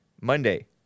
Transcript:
Monday